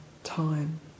time